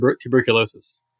tuberculosis